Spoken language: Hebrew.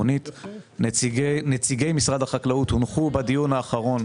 נציגי משרד החקלאות הונחו בדיון האחרון